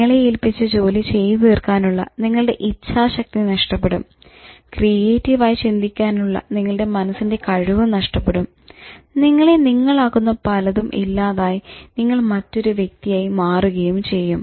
നിങ്ങളെ ഏല്പിച്ച ജോലി ചെയ്തു തീർക്കാനുള്ള നിങ്ങളുടെ ഇച്ഛാ ശക്തി നഷ്ടപ്പെടും ക്രീയേറ്റീവ് ആയി ചിന്തിക്കാനുള്ള നിങ്ങളുടെ മനസ്സിന്റെ കഴിവ് നഷ്ടപ്പെടും നിങ്ങളെ നിങ്ങൾ ആക്കുന്ന പലതും ഇല്ലാതായി നിങ്ങൾ മറ്റൊരു വ്യക്തിയായി മാറുകയും ചെയ്യും